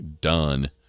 done